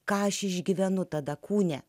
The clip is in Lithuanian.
ką aš išgyvenu tada kūne